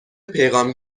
پیغام